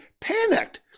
panicked